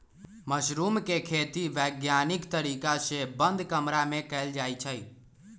mushroom के खेती वैज्ञानिक तरीका से बंद कमरा में कएल जाई छई